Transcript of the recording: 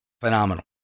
Phenomenal